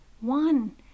One